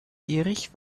erich